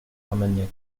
armagnac